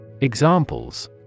Examples